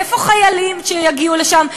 איפה חיילים שיגיעו לשם?